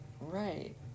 right